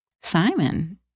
Simon